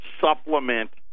supplement